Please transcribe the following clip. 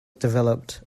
developed